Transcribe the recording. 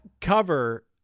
cover